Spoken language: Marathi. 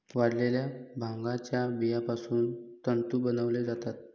वाळलेल्या भांगाच्या बियापासून तंतू बनवले जातात